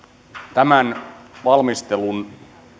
tämän valmistelun